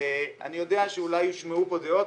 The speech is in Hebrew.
אני יודע שאולי יושמעו כאן דעות,